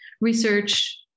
research